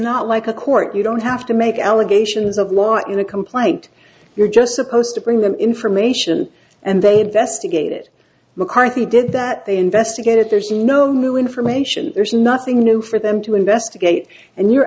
not like a court you don't have to make allegations of law in a complaint you're just supposed to bring them information and they investigated mccarthy did that they investigated there's no new information there's nothing new for them to investigate and you